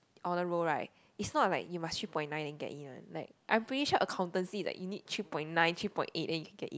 overall right is not like you must three point nine and get in like I finish accountancy you need three point nine three point eight to get in